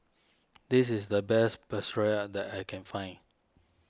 this is the best Pretzel that I can find